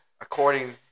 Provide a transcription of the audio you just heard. According